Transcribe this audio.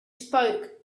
spoke